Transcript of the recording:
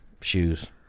shoes